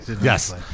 Yes